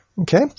Okay